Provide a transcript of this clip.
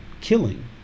killing